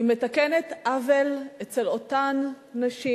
היא מתקנת עוול כלפי אותן נשים,